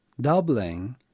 doubling